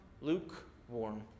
lukewarm